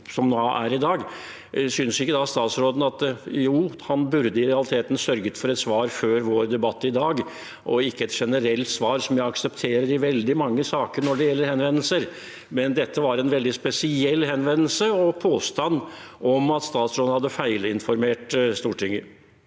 i dag. Synes ikke statsråden da at han i realiteten egentlig burde sørget for et svar før vår debatt i dag – det vil si ikke et generelt svar, som jeg aksepterer i veldig mange saker når det gjelder henvendelser? Dette var en veldig spesiell henvendelse og en påstand om at statsråden hadde feilinformert Stortinget.